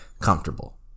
comfortable